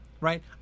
right